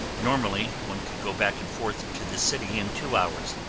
normally, one could go back and forth to the city in two hours.